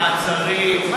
מעצרים?